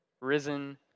risen